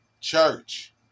Church